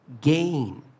gain